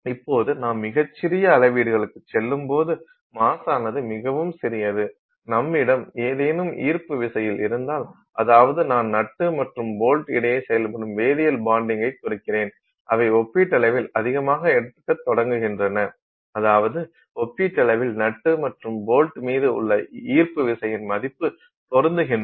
இப்போது நாம் மிகச் சிறிய அளவீடுகளுக்குச் செல்லும்போது மாஸானது மிகவும் சிறியது நம்மிடம் ஏதேனும் ஈர்ப்பு விசையில் இருந்தால் அதாவது நான் நட்டு மற்றும் போல்ட் இடையே செயல்படும் வேதியியல் பான்டிங்கைக் குறிக்கிறேன் அவை ஒப்பீட்டளவில் அதிகமாக எடுக்கத் தொடங்குகின்றன அதாவது ஒப்பீட்டளவில் நட்டு மற்றும் போல்ட் மீது உள்ள ஈர்ப்பு விசையின் மதிப்பு பொருந்துகின்றன